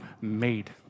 made